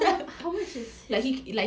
how how much is his